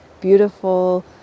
beautiful